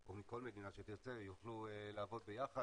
או מכל מדינה שתרצה יוכלו לעבוד ביחד.